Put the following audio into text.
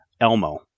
Elmo